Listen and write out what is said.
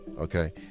okay